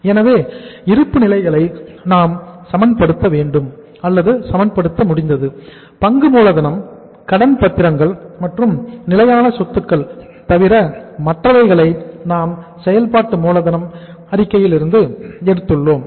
எனவே இருப்பு நிலைகளை நாம் சமன்படுத்த முடிந்தது பங்கு மூலதனம் கடன் பத்திரங்கள் மற்றும் நிலையான சொத்துக்கள் தவிர மற்றவைகளை நாம் செயல்பாட்டு மூலதனம் அறிக்கையிலிருந்து எடுத்துள்ளோம்